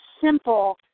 simple